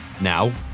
now